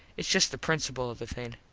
its just the principul of the thing.